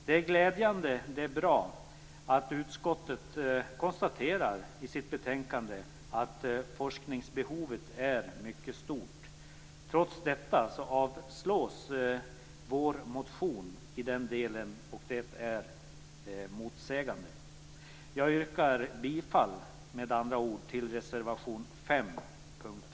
Det är glädjande och bra att utskottet konstaterar i sitt betänkande att forskningsbehovet är mycket stort. Trots detta avstyrks vår motion i den delen, och det är motsägande. Jag yrkar därför bifall till reservation 5 under mom. 2.